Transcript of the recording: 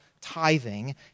tithing